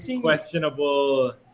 questionable